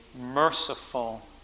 merciful